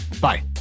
Bye